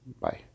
Bye